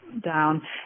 down